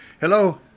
Hello